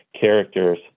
characters